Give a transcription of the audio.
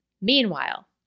Meanwhile